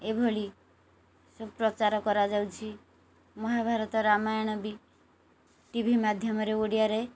ଏଭଳି ସବୁ ପ୍ରଚାର କରାଯାଉଛି ମହାଭାରତ ରାମାୟଣ ବି ଟିଭି ମାଧ୍ୟମରେ ଓଡ଼ିଆରେ